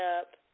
up